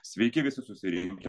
sveiki visi susirinkę